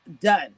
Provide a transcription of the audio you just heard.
done